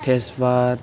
तेजपाट